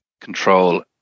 control